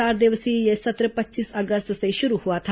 चार दिवसीय यह सत्र पच्चीस अगस्त से शुरू हुआ था